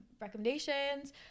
recommendations